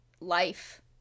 life